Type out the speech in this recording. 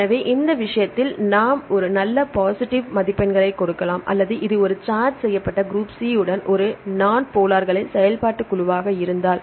எனவே இந்த விஷயத்தில் நாம் ஒரு நல்ல பாசிட்டிவ் மதிப்பெண்ணைக் கொடுக்கலாம் அல்லது இது ஒரு சார்ஜ் செய்யப்பட்ட குரூப் c உடன் ஒரு நான் போலார் செயல்பாட்டுக் குழுவாக இருந்தால்